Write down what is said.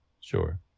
Sure